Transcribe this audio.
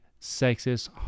sexist